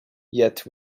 yet